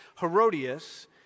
Herodias